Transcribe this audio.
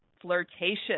flirtatious